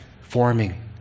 forming